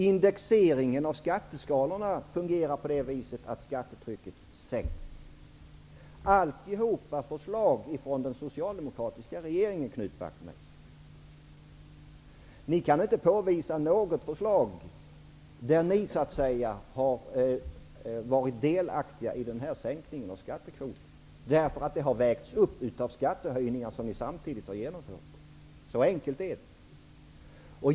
Indexeringen av skatteskalorna fungerar på det viset att skattetrycket sänks. Allt detta har skett på förslag från den socialdemokratiska regeringen, Knut Wachtmeister. Ni kan inte påvisa något förslag där ni har varit delaktiga i sänkningen av skattekvoten. Era sänkningar har vägts upp av skattehöjningar som ni samtidigt har genomfört. Så enkelt är det.